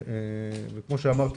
כמו שאמרתי,